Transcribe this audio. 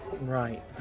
Right